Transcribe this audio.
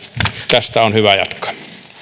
tästä on hyvä jatkaa